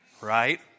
right